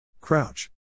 Crouch